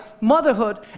motherhood